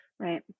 Right